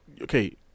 okay